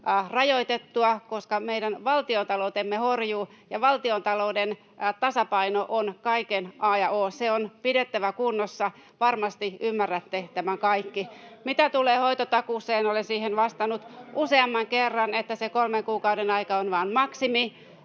rajoitettua, koska meidän valtiontaloutemme horjuu, ja valtiontalouden tasapaino on kaiken a ja o. Se on pidettävä kunnossa. Varmasti ymmärrätte tämän kaikki. [Antti Kurvinen: 12 miljardia lisää velkaa!] Mitä tulee hoitotakuuseen, olen siihen vastannut useamman kerran, että se kolmen kuukauden aika on vain maksimi,